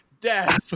death